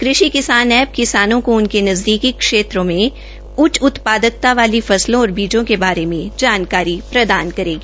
कृषि किसान ऐप्प किसानों को उनके नज़दीकी क्षेत्र में उच्च उत्पादकता वाली फसलों और बीजो के बारे में जानकारी प्रदान करेगी